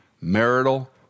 marital